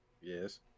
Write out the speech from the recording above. Yes